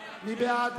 מי בעד?